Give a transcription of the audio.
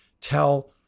tell